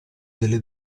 delle